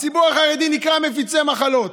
הציבור החרדי נקרא מפיצי מחלות.